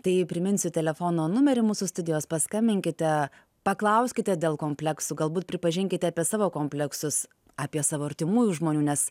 tai priminsiu telefono numerį mūsų studijos paskambinkite paklauskite dėl kompleksų galbūt pripažinkite apie savo kompleksus apie savo artimųjų žmonių nes